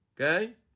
Okay